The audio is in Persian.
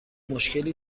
مشکلی